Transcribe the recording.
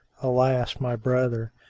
alas, my brother!